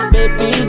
Baby